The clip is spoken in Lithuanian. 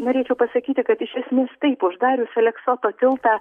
norėčiau pasakyti kad iš esmės taip uždarius aleksoto tiltą